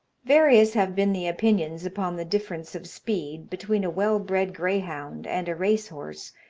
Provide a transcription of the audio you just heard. various have been the opinions upon the difference of speed between a well-bred greyhound and a racehorse,